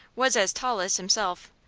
was as tall as himself,